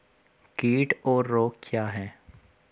कीट और रोग क्या हैं?